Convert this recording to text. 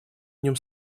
нем